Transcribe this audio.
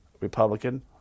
republican